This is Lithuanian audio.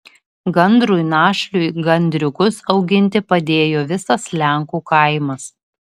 gandrui našliui gandriukus auginti padėjo visas lenkų kaimas